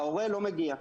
ההורה לא מגיע,